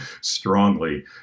strongly